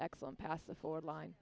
excellent pass the forward line